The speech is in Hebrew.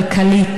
כלכלית